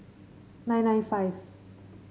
nine nine five